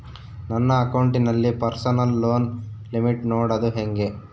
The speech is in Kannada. ನನ್ನ ಅಕೌಂಟಿನಲ್ಲಿ ಪರ್ಸನಲ್ ಲೋನ್ ಲಿಮಿಟ್ ನೋಡದು ಹೆಂಗೆ?